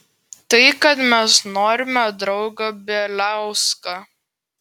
tai kad mes norime draugą bieliauską